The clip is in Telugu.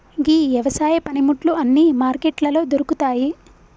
గీ యవసాయ పనిముట్లు అన్నీ మార్కెట్లలో దొరుకుతాయి